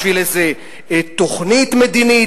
בשביל איזה תוכנית מדינית?